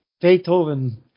Beethoven